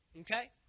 Okay